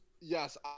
Yes